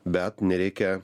bet nereikia